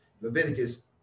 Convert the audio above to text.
Leviticus